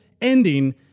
ending